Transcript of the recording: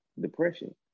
depression